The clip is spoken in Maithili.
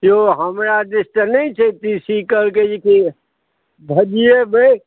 यौ हमरा दिस तऽ नहि छै तीसी कहलकै जेकि भजिएबै